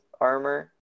armor